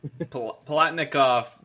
Palatnikov